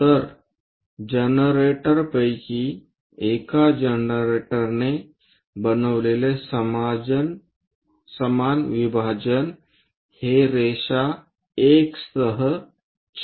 तर जनरेटरपैकी एका जनरेटरने बनविलेले समान विभाजन हे रेषा1 सह छेदणारे आहे